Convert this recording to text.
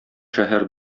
шәһәр